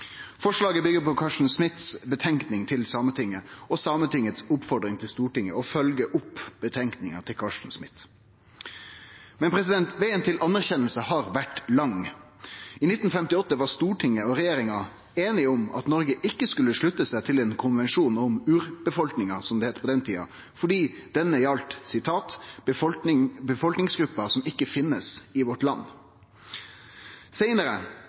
Forslaget byggjer på Carsten Smiths utgreiing til Sametinget og Sametingets oppmoding til Stortinget om å følgje opp utgreiinga til Carsten Smith. Men vegen mot anerkjenning har vore lang. I 1958 var Stortinget og regjeringa einige om at Noreg ikkje skulle slutte seg til ein konvensjon om urbefolkningar – som det heitte på den tida – fordi han gjaldt «befolkningsgrupper som ikke finnes i vårt land». Seinare